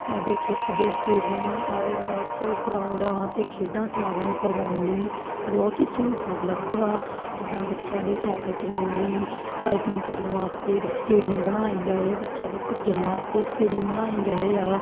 ਸਾਡੇ ਖੇਤਰ ਦੇ ਸਟੇਡੀਅਮ ਔਰ ਨਾਸ ਗਰਾਉਂਡਾਂ ਅਤੇ ਖੇਡਾਂ ਸਮਾਗਮ ਕਰਵਾਉਣ ਲਈ ਬਹੁਤ ਹੀ ਸਹੂਲਤਾਂ ਉਪਲਬਧ ਵਾ ਜਿੱਦਾਂ ਬੱਚਿਆਂ ਦੇ ਸਾਈਕਲ ਚਲਾਉਣ ਲਈ ਸਾਈਕਲਿੰਗ ਕਰਨ ਵਾਸਤੇ ਸਟੇਡੀਅਮ ਬਣਾਏ ਗਏ ਬੱਚਿਆ ਦੇ ਭੱਜਣ ਵਾਸਤੇ ਸਟੇਡੀਅਮ ਬਣਾਏ ਗਏ ਆ